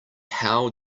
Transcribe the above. how